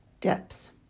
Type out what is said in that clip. depths